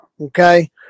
Okay